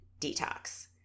detox